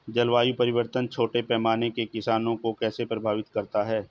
जलवायु परिवर्तन छोटे पैमाने के किसानों को कैसे प्रभावित करता है?